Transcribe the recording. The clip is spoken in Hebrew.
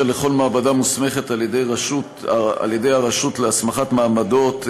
לכל מעבדה מוסמכת על-ידי הרשות להסמכת מעבדות,